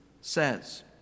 says